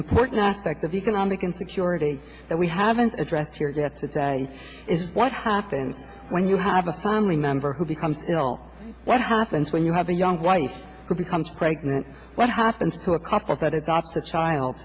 important aspect of economic insecurity that we haven't addressed here gets is what happens when you have a family member who becomes ill what happens when you have a young wife who becomes pregnant what happens to a couple that adopt a child